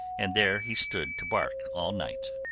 and there he stood to bark all night.